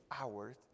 hours